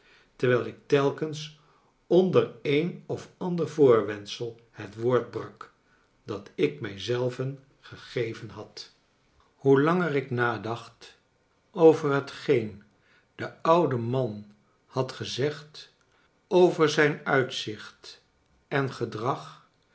terwijl ik telkens onder een of ander voorwendsel het woord brak dat ik mij zelven gegeven had hoe langer ik nadacht over hetgeen de oude man had gezegd over zijn uitzicht engedrag